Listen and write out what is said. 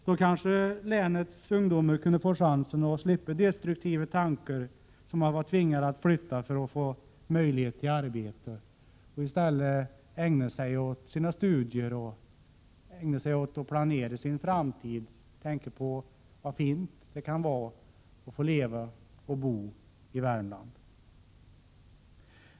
Då kanske länets ungdomar kunde slippa destruktiva tankar som att vara tvingad att flytta för att få möjlighet till arbete och kunde i stället ägna sig åt studier och framtidsplanering, kunde tänka på hur fint det är att bo och leva i Värmland.